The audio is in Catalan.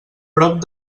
prop